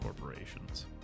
corporations